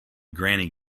granny